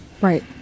Right